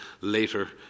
later